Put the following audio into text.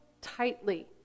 tightly